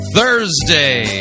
Thursday